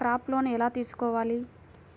Crop loan ఎలా తీసుకోవాలి?